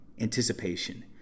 anticipation